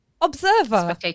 observer